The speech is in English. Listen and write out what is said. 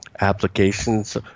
applications